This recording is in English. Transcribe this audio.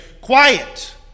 Quiet